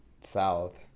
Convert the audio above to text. south